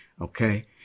okay